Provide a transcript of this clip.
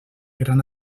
gran